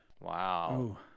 Wow